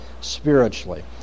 spiritually